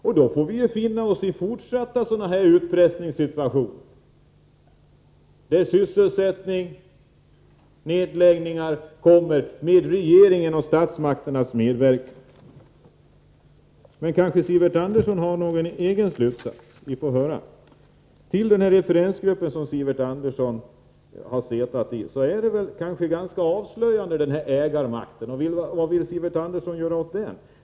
Men då får vi finna oss i fortsatta sådana här utpressningssituationer, där nedläggningar sker med regeringens och statsmakternas medverkan. Men kanske Sivert Andersson drar någon annan slutsats. Vi får höra! När det gäller den referensgrupp som Sivert Andersson suttit i är ägarmakten ganska avslöjande. Vad vill Sivert Andersson göra åt det?